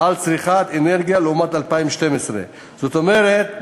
על צריכת אנרגיה לעומת 2012. זאת אומרת,